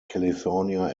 california